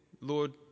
Lord